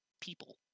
people